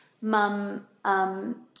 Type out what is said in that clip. Mum